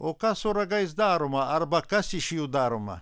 o ką su ragais daroma arba kas iš jų daroma